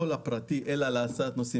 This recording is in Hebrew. זה לא לשימוש פרטי, אלא להסעת נוסעים.